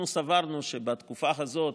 בתקופה הזאת